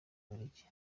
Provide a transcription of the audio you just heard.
bubiligi